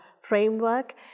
framework